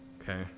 Okay